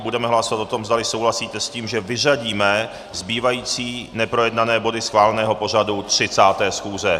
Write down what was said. Budeme hlasovat o tom, zdali souhlasíte s tím, že vyřadíme zbývající neprojednané body schváleného pořadu 30. schůze.